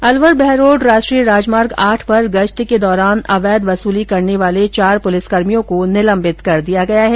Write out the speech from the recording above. अलवर बहरोड़ राष्ट्रीय राजमार्ग आठ पर गश्त के दौरान अवैध वसूली करने वाले चार पुलिस कर्मियों को निलम्बित कर दिया गया है